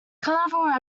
carnival